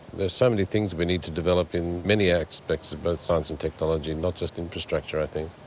there are so many things we need to develop in many aspects of both science and technology, not just infrastructure i think.